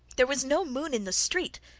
there was no moon in the street,